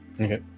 Okay